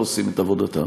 לא עושים את עבודתם.